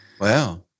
Wow